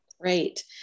Great